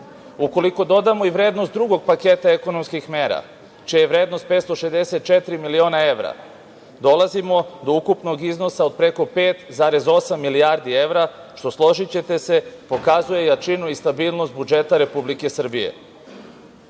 evra. Ukoliko dodamo i vrednost drugog paketa ekonomskih mera čija je vrednost 564 miliona evra dolazimo do ukupnog iznosa od preko 5,8 milijardi evra što, složićete se, pokazuje jačinu i stabilnost budžeta Republike Srbije. Ono